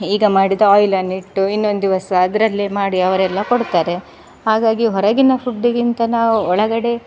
ಈಗ ಮಾಡಿದ ಆಯಿಲನ್ನು ಇಟ್ಟು ಇನ್ನೊಂದು ದಿವಸ ಅದರಲ್ಲೇ ಮಾಡಿ ಅವರೆಲ್ಲ ಕೊಡ್ತಾರೆ ಹಾಗಾಗಿ ಹೊರಗಿನ ಫುಡ್ಡಿಗಿಂತ ನಾವು ಒಳಗಡೆ